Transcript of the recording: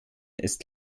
ist